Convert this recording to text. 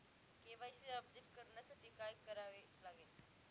KYC update करण्यासाठी काय करावे लागेल?